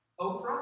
Oprah